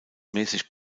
mäßig